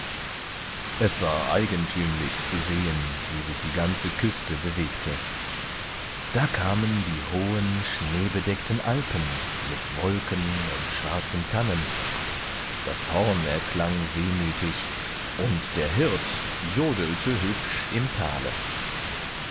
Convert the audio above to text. es war eigentümlich zu sehen wie sich die ganze küste bewegte da kamen die hohen schneebedeckten alpen mit wolken und schwarzen tannen das horn erklang wehmütig und der hirt jodelte hübsch im thale